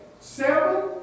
seven